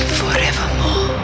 forevermore